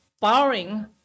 barring